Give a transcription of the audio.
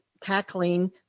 tackling